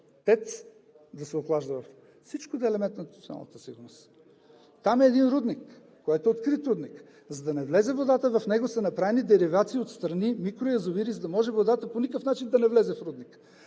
ТЕЦ да се охлажда, всичко да е елемент на националната сигурност. Там има един рудник, който е открит рудник. За да не влезе водата в него, са направени деривации отстрани – микроязовири, за да може водата по никакъв начин да не влезе в рудника.